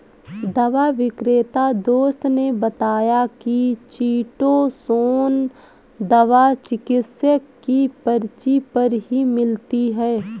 दवा विक्रेता दोस्त ने बताया की चीटोसोंन दवा चिकित्सक की पर्ची पर ही मिलती है